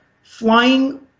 Flying